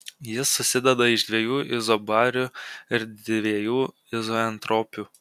jis susideda iš dviejų izobarių ir dviejų izoentropių